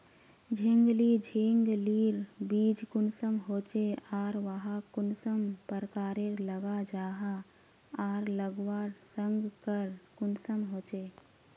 झिंगली झिंग लिर बीज कुंसम होचे आर वाहक कुंसम प्रकारेर लगा जाहा आर लगवार संगकर कुंसम होचे?